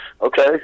Okay